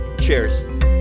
Cheers